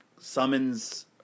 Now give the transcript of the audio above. summons